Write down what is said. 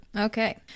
Okay